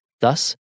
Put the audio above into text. Thus